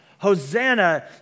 Hosanna